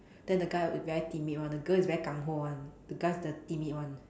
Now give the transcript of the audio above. then the guy very timid [one] the girl is very [one] the guy is the timid one